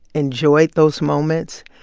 enjoyed those moments,